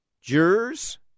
Jurors